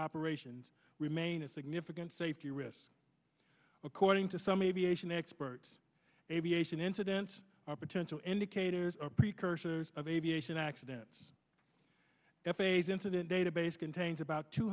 operations remain a significant safety risk according to some aviation experts aviation incidents are potential indicators or precursors of aviation accidents f a's incident database contains about two